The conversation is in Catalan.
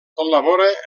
col·labora